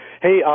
Hey